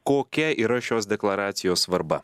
kokia yra šios deklaracijos svarba